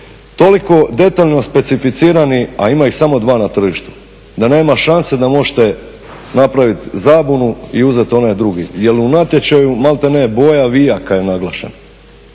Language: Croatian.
toliko detaljno specificirani, a ima ih samo dva na tržištu, da nema šanse da možete napravit zabunu i uzet onaj drugi jer u natječaju malte ne boja vijaka je naglašena.